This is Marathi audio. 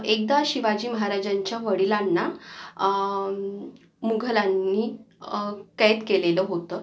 एकदा शिवाजी महाराजांच्या वडिलांना मुघलांनी कैद केलेलं होतं